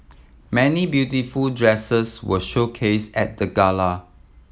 many beautiful dresses were showcase at the gala